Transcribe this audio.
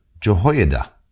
Jehoiada